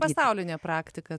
pasaulinė praktika